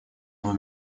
его